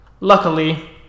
Luckily